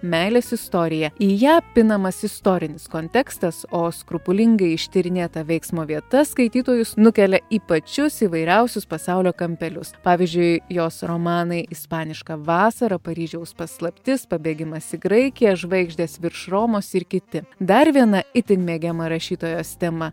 meilės istorija į ją pinamas istorinis kontekstas o skrupulingai ištyrinėta veiksmo vieta skaitytojus nukelia į pačius įvairiausius pasaulio kampelius pavyzdžiui jos romanai ispaniška vasara paryžiaus paslaptis pabėgimas į graikiją žvaigždės virš romos ir kiti dar viena itin mėgiama rašytojos tema